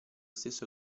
stesso